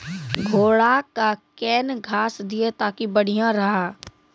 घोड़ा का केन घास दिए ताकि बढ़िया रहा?